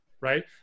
right